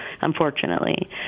unfortunately